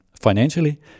financially